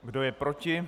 Kdo je proti?